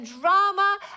drama